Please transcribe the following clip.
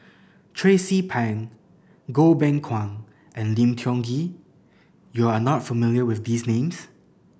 Tracie Pang Goh Beng Kwan and Lim Tiong Ghee you are not familiar with these names